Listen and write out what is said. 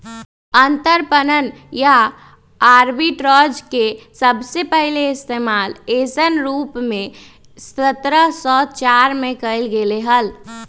अंतरपणन या आर्बिट्राज के सबसे पहले इश्तेमाल ऐसन रूप में सत्रह सौ चार में कइल गैले हल